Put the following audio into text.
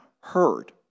heard